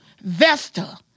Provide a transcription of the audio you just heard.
Vesta